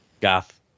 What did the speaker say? goth